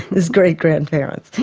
his great-grandparents.